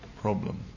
problem